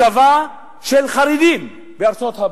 שכונה של יהודים חרדים בארצות-הברית.